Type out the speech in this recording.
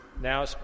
now